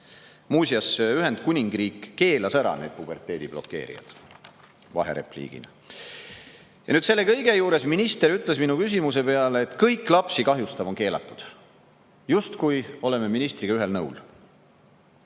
Muuseas, Ühendkuningriik keelas need puberteedi blokeerijad ära. Nii palju vaherepliigina. Ja nüüd selle kõige juures minister ütles minu küsimuse peale, et kõik lapsi kahjustav on keelatud. Justkui oleme ministriga ühel nõul.